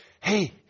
hey